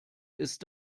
ist